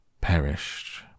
Perished